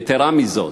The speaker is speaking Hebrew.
יתרה מזאת,